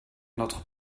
notre